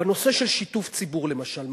בנושא של שיתוף ציבור, למשל.